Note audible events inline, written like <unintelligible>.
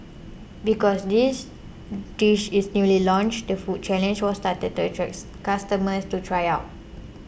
because this dish is newly launched the food challenge was started <unintelligible> to customers to try it